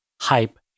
HYPE